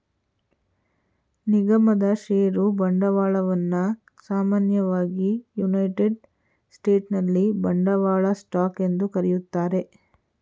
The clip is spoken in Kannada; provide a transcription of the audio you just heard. ನಿಗಮದ ಷೇರು ಬಂಡವಾಳವನ್ನ ಸಾಮಾನ್ಯವಾಗಿ ಯುನೈಟೆಡ್ ಸ್ಟೇಟ್ಸ್ನಲ್ಲಿ ಬಂಡವಾಳ ಸ್ಟಾಕ್ ಎಂದು ಕರೆಯುತ್ತಾರೆ